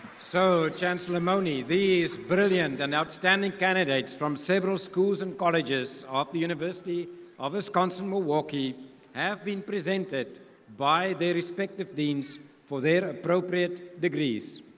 so chancellor mone, these brilliant and outstanding candidates from several schools and colleges of the university of wisconsin-milwaukee have been presented by their respective deans for their appropriate degrees.